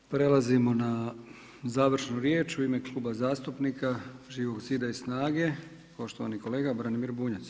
Prelazimo na završnu riječ u ime Kluba zastupnika Živog zida i SNAGA-e poštovani kolega Branimir Bunjac.